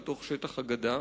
לתוך שטח הגדה.